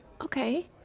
Okay